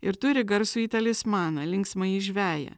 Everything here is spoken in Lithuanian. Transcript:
ir turi garsųjį talismaną linksmąjį žveją